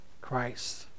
Christ